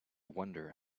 wonder